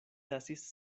lasis